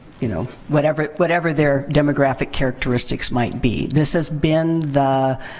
you know whatever whatever their demographic characteristics might be. this has been the